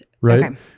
right